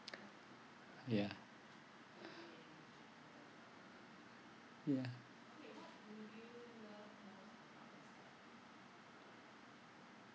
ya ya